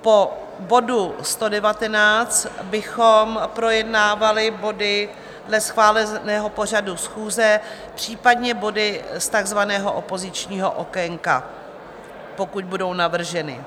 Po bodu 119 bychom projednávali body dle schváleného pořadu schůze, případně body z takzvaného opozičního okénka, pokud budou navrženy.